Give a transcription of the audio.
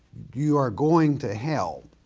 you are going to hell.